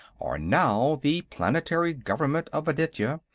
are now the planetary government of aditya.